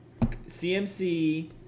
cmc